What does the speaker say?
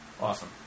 Awesome